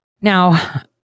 Now